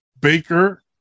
baker